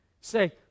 say